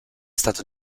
stato